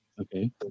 okay